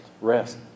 rest